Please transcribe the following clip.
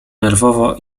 nerwowo